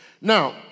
Now